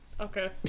Okay